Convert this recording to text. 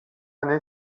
année